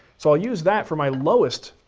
so i'll use that for my lowest,